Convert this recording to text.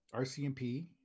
RCMP